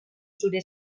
zure